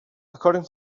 according